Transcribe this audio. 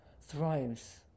thrives